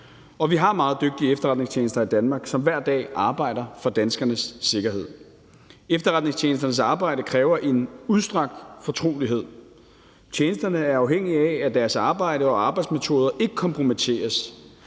og vi har meget dygtige efterretningstjenester i Danmark, som hver dag arbejder for danskernes sikkerhed. Efterretningstjenesternes arbejde kræver en udstrakt fortrolighed. Tjenesterne er afhængige af, at deres arbejde og arbejdsmetoder ikke kompromitteres.